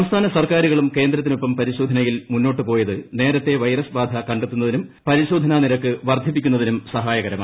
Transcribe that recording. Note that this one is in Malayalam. സംസ്ഥാന സർക്കാരുകളും കേന്ദ്രത്തിനൊപ്പം പരിശോധനയിൽ മുന്നോട്ടുപോയത് നേരത്തെ വൈറസ് ബാധ കണ്ടെത്തുന്നതിനും പരിശോധന നിരക്ക് വർധിപ്പിക്കുന്നതിനും സഹായകരമായി